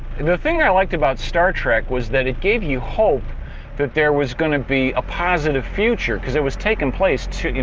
and the thing i liked about star trek was that it gave you hope that there was going to be a positive future. because it was taking place, you